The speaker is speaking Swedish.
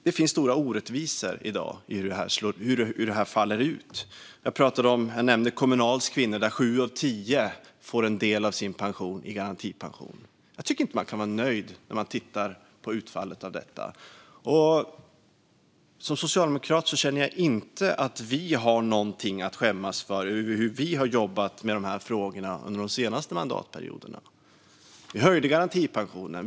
Det finns stora orättvisor i dag i hur det här faller ut. Jag nämnde Kommunal, där sju av tio kvinnor får en del av sin pension i garantipension. Jag tycker inte att man kan vara nöjd när man tittar på det utfallet. Som socialdemokrat känner jag inte att vi har något att skämmas för i hur vi har jobbat med de här frågorna under de senaste mandatperioderna. Vi höjde garantipensionen.